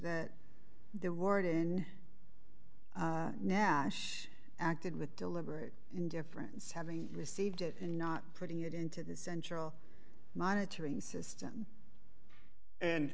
that the warden now acted with deliberate indifference having received it and not putting it into the central monitoring system and